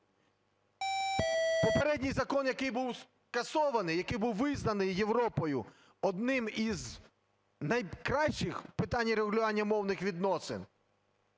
Попередній закон, який був скасований, який був визнаний Європою одним із найкращих в питанні регулювання мовних відносин,